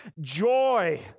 joy